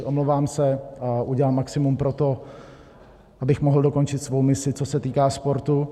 Omlouvám se a udělám maximum pro to, abych mohl dokončit svou misi, co se týká sportu.